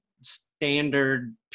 standard